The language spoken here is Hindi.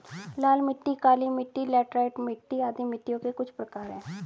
लाल मिट्टी, काली मिटटी, लैटराइट मिट्टी आदि मिट्टियों के कुछ प्रकार है